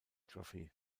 trophy